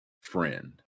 friend